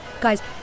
guys